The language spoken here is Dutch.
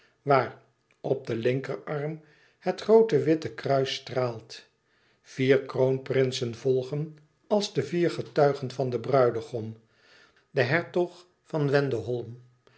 waar op den linkerarm het groote witte kruis straalt vier kroonprinsen volgen als de vier getuigen van den bruidegom de hertog van